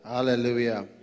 Hallelujah